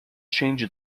changed